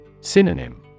Synonym